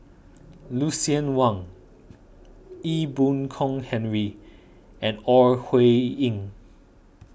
Lucien Wang Ee Boon Kong Henry and Ore Huiying